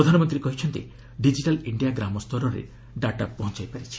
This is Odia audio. ପ୍ରଧାନମନ୍ତ୍ରୀ କହିଛନ୍ତି ଡିଜିଟାଲ୍ ଇଣ୍ଡିଆ ଗ୍ରାମ ସ୍ତରରେ ଡାଟା ପହଞ୍ଚାଇ ପାରିଛି